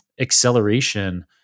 acceleration